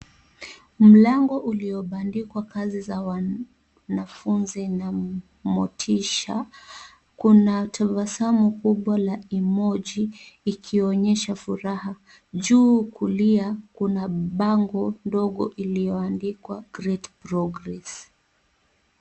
Mlango uliobandikwa kazi za wanafunzi na motisha ,kuna tabasamu kubwa la emoji likionyesha furaha ,juu kulia kuna bango dogo ilioandikwa Great Progress .